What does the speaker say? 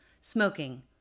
Smoking